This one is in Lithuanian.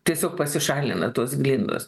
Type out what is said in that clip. tiesiog pasišalina tos glindos